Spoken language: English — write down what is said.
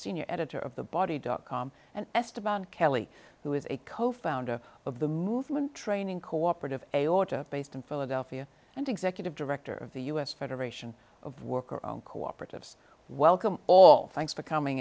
senior editor of the body dot com and esteban kelley who is a co founder of the movement training cooperative aorta based in philadelphia and executive director of the us federation of worker own cooperatives welcome all thanks for coming